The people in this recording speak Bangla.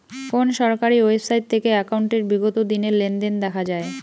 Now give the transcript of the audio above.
কোন সরকারি ওয়েবসাইট থেকে একাউন্টের বিগত দিনের লেনদেন দেখা যায়?